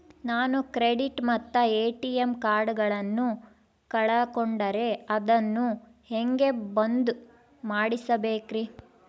ನಾನು ಕ್ರೆಡಿಟ್ ಮತ್ತ ಎ.ಟಿ.ಎಂ ಕಾರ್ಡಗಳನ್ನು ಕಳಕೊಂಡರೆ ಅದನ್ನು ಹೆಂಗೆ ಬಂದ್ ಮಾಡಿಸಬೇಕ್ರಿ?